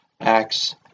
Acts